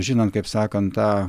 žinant kaip sakant tą